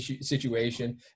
situation